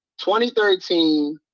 2013